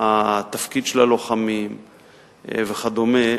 התפקיד של הלוחמים וכדומה,